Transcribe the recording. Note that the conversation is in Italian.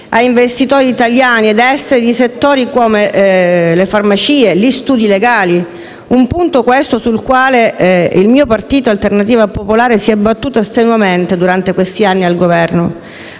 a investitori italiani ed esteri di settori quali le farmacie e gli studi legali, un punto, questo, sul quale Alternativa popolare si è battuta strenuamente durante questi anni al governo,